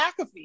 McAfee